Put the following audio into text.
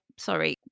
Sorry